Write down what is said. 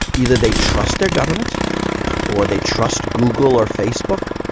either they trust their government or they trust google or facebook,